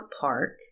Park